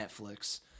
Netflix